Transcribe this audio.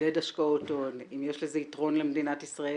מעודד השקעות הון, אם יש לזה יתרון למדינת ישראל